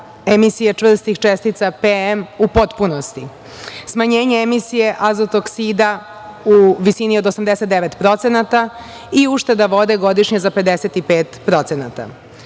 emisije čvrstih čestica PM u potpunosti, smanjenje emisije azot-oksida u visini od 89% i ušteda vode godišnje za 55%.